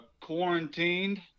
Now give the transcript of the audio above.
Quarantined